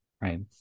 right